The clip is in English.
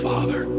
Father